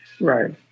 Right